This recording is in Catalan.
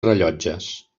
rellotges